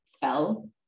fell